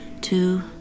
two